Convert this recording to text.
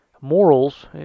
morals